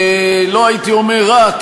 לא הייתי אומר רק,